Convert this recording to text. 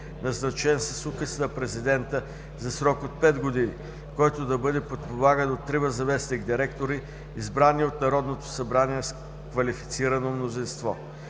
назначен с указ на президента за срок от пет години, който да бъде подпомаган от трима заместник директори, избрани от Народното събрание с квалифицирано мнозинство.